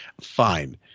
fine